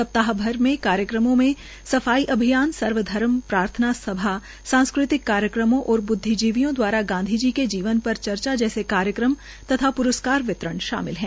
सप्ताह भर के कार्यक्रम में सफाई अभियान सर्वधर्म प्रार्थना सभा सांसकृतिक कार्यक्रमों और बृदविजीवियों दवारा गांधी जी के जीवन पर चर्चा जैसे कार्यक्रम तथा प्रस्कार वितरण शामिल है